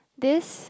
this